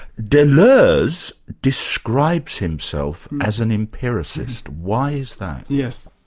deleuze describes himself as an empiricist. why is that? yes.